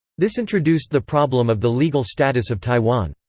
this introduced the problem of the legal status of taiwan.